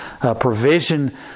provision